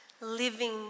living